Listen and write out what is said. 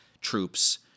troops